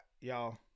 y'all